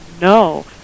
no